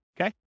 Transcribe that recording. Okay